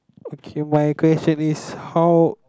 okay my question is how